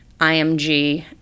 IMG